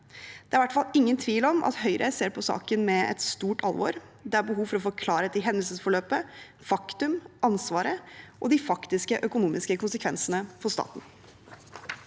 Det er i hvert fall ingen tvil om at Høyre ser på saken med et stort alvor. Det er behov for å få klarhet i hendelsesforløpet, faktum, ansvaret og de faktiske økonomiske konsekvensene for staten.